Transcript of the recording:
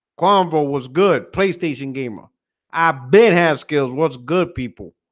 combo was good playstation gamer i bet has skills. what's good people?